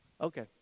Okay